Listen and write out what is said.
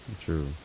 True